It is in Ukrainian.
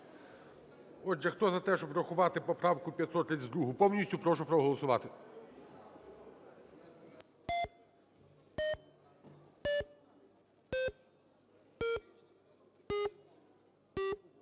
Отже, хто за те, щоб врахувати поправку 532 повністю, прошу проголосувати.